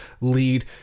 lead